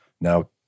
now